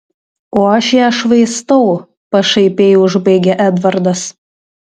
o aš ją švaistau pašaipiai užbaigė edvardas